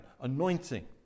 anointing